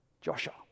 Joshua